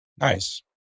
Nice